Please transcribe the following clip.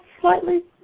slightly